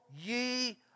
ye